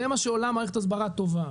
זה מה שעולה מערכת הסברה טובה,